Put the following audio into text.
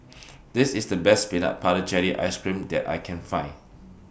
This IS The Best Peanut Butter Jelly Ice Cream that I Can Find